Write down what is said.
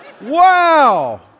Wow